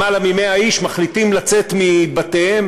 למעלה מ-100 איש מחליטים לצאת מבתיהם,